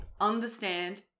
understand